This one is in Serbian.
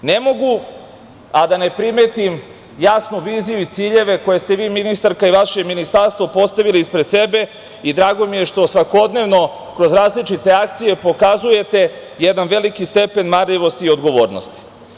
Ne mogu a da ne primetim jasnu viziju i ciljeve koje ste vi, ministarka, i vaše ministarstvo postavili ispred sebe i drago mi je što svakodnevno kroz različite akcije pokazujete jedan veliki stepen marljivosti i odgovornosti.